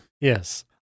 Yes